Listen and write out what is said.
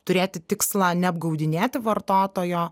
turėti tikslą neapgaudinėti vartotojo